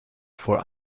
for